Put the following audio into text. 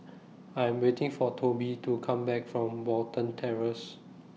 I Am waiting For Tobe to Come Back from Watten Terrace